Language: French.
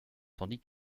tandis